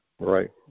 Right